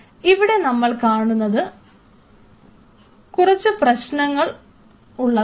ഇവിടെ നമ്മൾ കാണുന്നതിന് കുറച്ച് പ്രശ്നങ്ങൾ ഉണ്ടാകാം